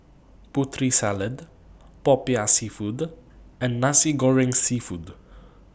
Putri Salad Popiah Seafood and Nasi Goreng Seafood